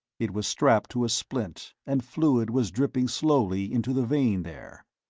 it was strapped to a splint, and fluid was dripping slowly into the vein there.